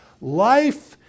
Life